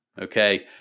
Okay